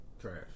trash